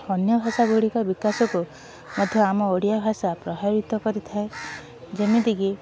ଅନ୍ୟଭାଷା ଗୁଡ଼ିକ ବିକାଶକୁ ମଧ୍ୟ ଆମ ଓଡ଼ିଆ ଭାଷା ପ୍ରଭାବିତ କରିଥାଏ ଯେମିତିକି